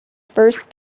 first